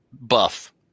Buff